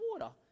water